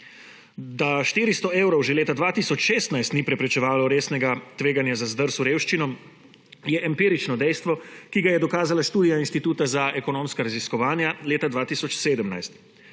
Da 400 evrov že leta 2016 ni preprečevalo resnega tveganja za zdrs v revščino, je empirično dejstvo, ki ga je dokazala študija Inštituta za ekonomska raziskovanja leta 2017.